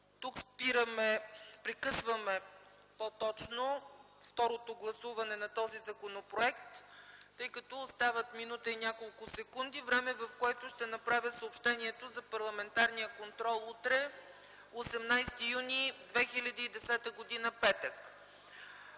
Тук прекъсваме второто гласуване на този законопроект, тъй като остават минута и няколко секунди – време, в което ще направя съобщението за парламентарния контрол утре, 18 юни 2010 г., петък.